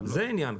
זה העניין,